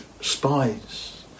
spies